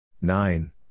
Nine